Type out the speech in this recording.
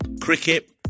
Cricket